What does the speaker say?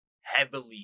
heavily